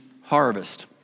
harvest